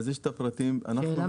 אנחנו כאן